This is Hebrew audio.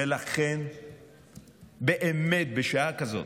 ולכן באמת בשעה כזאת,